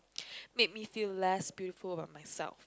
make me feel less beautiful about myself